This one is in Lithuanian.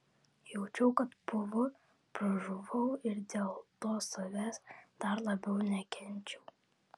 jaučiau kad pūvu pražuvau ir dėl to savęs dar labiau nekenčiau